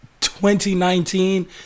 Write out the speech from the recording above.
2019